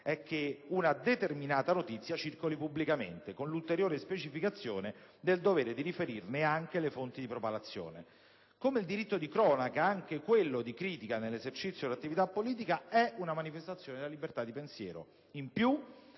è che una determinata notizia circoli pubblicamente», con l'ulteriore specificazione del dovere di riferirne anche le fonti di propalazione. Come il diritto di cronaca, anche quello di critica nell'esercizio dell'attività politica è una manifestazione della libertà di pensiero;